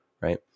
right